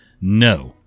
No